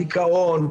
דיכאון,